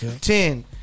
ten